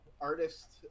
artist